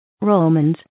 Romans